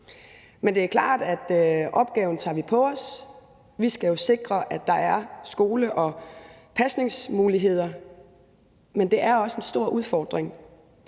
Men det er klart, at vi tager opgaven på os. Vi skal jo sikre, at der er skole og pasningsmuligheder, men det er også en stor udfordring,